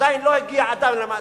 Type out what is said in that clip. עדיין לא הגיע אדם למאדים.